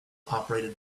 operated